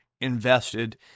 invested